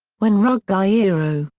when ruggiero,